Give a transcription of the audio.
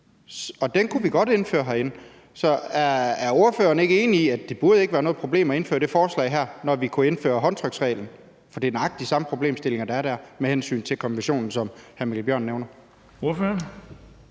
jeg er bare nødt til at spørge: Er ordføreren ikke enig i, at det ikke burde være noget problem at indføre det her forslag, når vi kunne indføre håndtryksreglen? For det er nøjagtig de samme problemstillinger, der er dér med hensyn til konventionen, som hr. Mikkel Bjørn nævner. Kl.